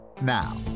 Now